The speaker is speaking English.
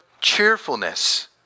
cheerfulness